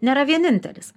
nėra vienintelis